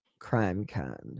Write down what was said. CrimeCon